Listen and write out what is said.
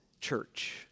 church